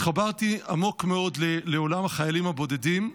התחברתי עמוק מאוד לעולם החיילים הבודדים.